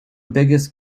biggest